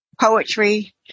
poetry